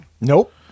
Nope